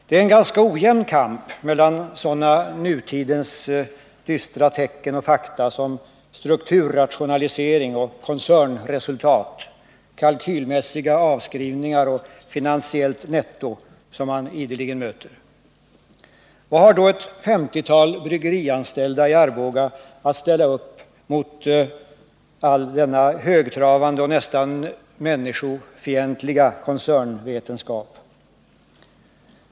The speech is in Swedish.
Det är en ganska ojämn kamp mellan sådana nutidens dystra tecken och fakta som strukturrationalisering och koncernresultat, kalkylmässiga avskrivningar och finansiellt netto som man ideligen möter. Vad har då ett femtiotal bryggerianställda i Arboga att ställa upp mot all denna högtravande och nästan människofientliga koncernvetenskap?